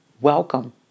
Welcome